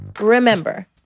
Remember